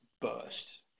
burst